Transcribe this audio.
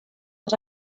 but